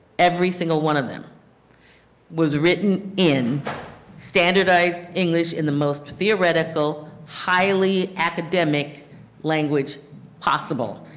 every single one of them was written in standardize english in the most theoretical, highly academic language possible.